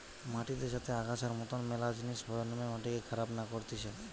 মাটিতে যাতে আগাছার মতন মেলা জিনিস জন্মে মাটিকে খারাপ না করতিছে